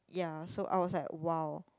ya so I was like wow